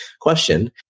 question